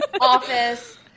office